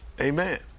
Amen